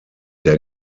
der